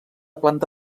planta